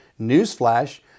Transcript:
newsflash